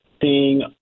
seeing